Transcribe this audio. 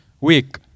week